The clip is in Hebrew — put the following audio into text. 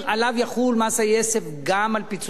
עליו יחול מס היסף גם על פיצויי פיטורין.